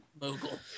mogul